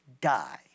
die